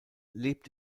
lebt